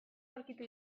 aurkitu